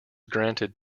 granted